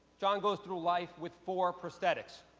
john goes through life with four prosthetics.